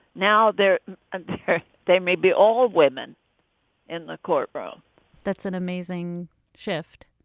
now they're here. they may be all women in the courtroom that's an amazing shift.